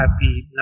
happy